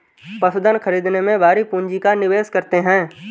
पशुधन खरीदने में भारी पूँजी का निवेश करते हैं